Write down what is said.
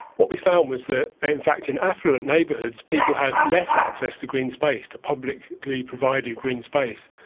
what we found was that in fact in affluent neighbourhoods, people had less access to green space, to publicly provided green space.